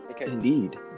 Indeed